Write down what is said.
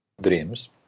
dreams